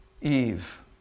Eve